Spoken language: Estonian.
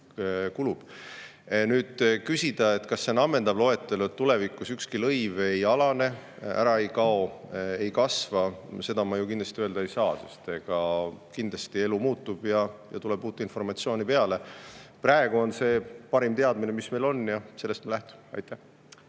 kui küsida, kas see on ammendav loetelu ja kas tulevikus ükski lõiv ei alane, ära ei kao, ei kasva – seda ma ju kindlasti öelda ei saa, sest elu muutub ja tuleb uut informatsiooni peale. Praegu on see parim teadmine, mis meil on, ja sellest me lähtume. Aitäh!